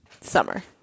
Summer